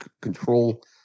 control